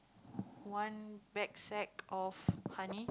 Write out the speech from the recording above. one bagpack of honey